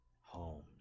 homes